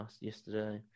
yesterday